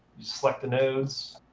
select the nodes,